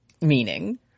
meaning